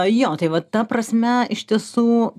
jo tai vat ta prasme iš tiesų